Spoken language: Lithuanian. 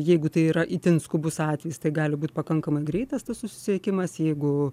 jeigu tai yra itin skubus atvejis tai gali būt pakankamai greitas tas susisiekimas jeigu